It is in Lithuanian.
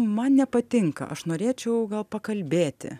man nepatinka aš norėčiau pakalbėti